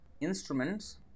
instruments